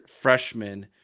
freshman